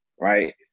right